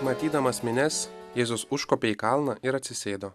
matydamas minias jėzus užkopė į kalną ir atsisėdo